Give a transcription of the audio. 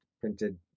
printed